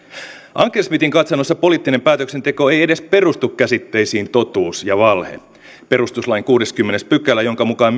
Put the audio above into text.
ankersmitin katsannossa poliittinen päätöksenteko ei edes perustu käsitteisiin totuus ja valhe perustuslain kuudeskymmenes pykälä jonka mukaan